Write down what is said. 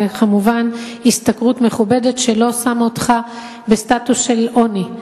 וכמובן השתכרות מכובדת שלא שמה אותך בסטטוס של עוני.